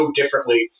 differently